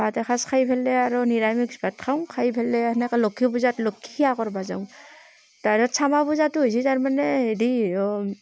ভাত এসাঁজ খাই পেলাই আৰু নিৰামিষ ভাত খাওঁ খাই পেলাই সেনেকৈ লক্ষী পূজাত লক্ষীক সেৱা কৰিব যাওঁ তাৰ শ্যামা পূজাটো হৈছে তাৰ মানে হেৰি